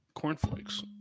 cornflakes